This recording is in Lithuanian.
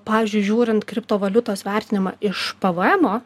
pavyzdžiui žiūrint kriptovaliutos vertinimą iš p v emo